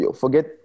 forget